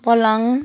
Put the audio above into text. पलङ